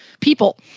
people